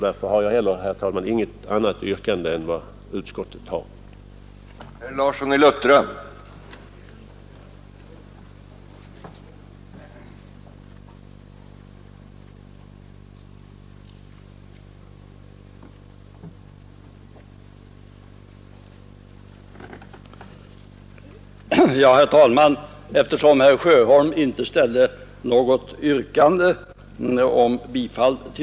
Därför har jag heller inget annat yrkande än vad utskottet föreslagit.